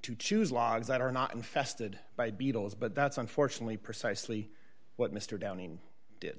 to choose logs that are not infested by beetles but that's unfortunately precisely what mr downing did